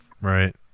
Right